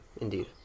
indeed